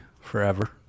forever